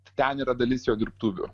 ten yra dalis jo dirbtuvių